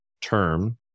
term